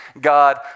god